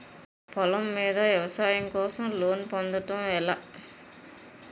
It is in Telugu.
పొలం మీద వ్యవసాయం కోసం లోన్ పొందటం ఎలా?